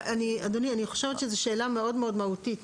אדוני, השאלה שעולה כאן היא מאוד מהותית.